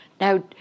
now